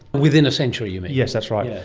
within a century you mean? yes, that's right. yeah